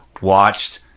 watched